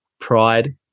pride